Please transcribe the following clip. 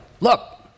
look